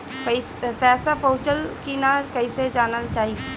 पैसा पहुचल की न कैसे जानल जाइ?